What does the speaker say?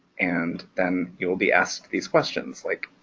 and then you will be asked these questions like,